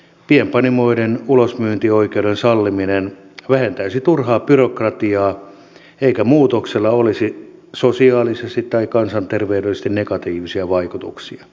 pienpanimoiden ulosmyyntioikeuden salliminen vähentäisi turhaa byrokratiaa eikä muutoksella olisi sosiaalisesti tai kansanterveydellisesti negatiivisia vaikutuksia